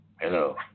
Hello